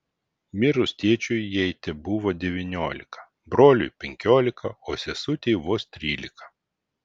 mirus tėčiui jai tebuvo devyniolika broliui penkiolika o sesutei vos trylika